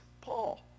Paul